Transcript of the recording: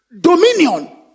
Dominion